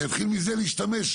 ויתחיל מזה להשתמש.